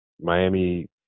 Miami